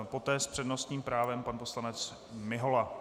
Poté s přednostním právem pan poslanec Mihola.